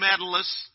medalists